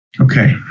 Okay